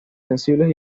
sensibles